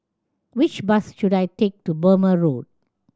which bus should I take to Burmah Road